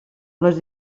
les